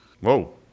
Whoa